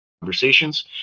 conversations